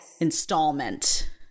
installment